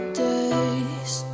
days